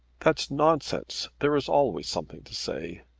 that's nonsense. there is always something to say.